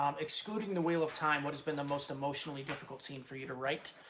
um excluding the wheel of time, what has been the most emotionally difficult scene for you to write?